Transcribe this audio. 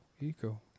Eco